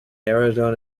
arizona